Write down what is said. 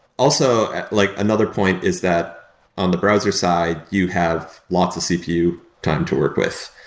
also, like another point is that on the browser side you have lots of cpu time to work with.